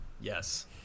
Yes